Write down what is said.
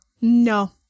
No